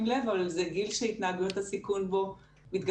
לב אבל זה גיל שהתנהגויות הסיכון בו מתגברות.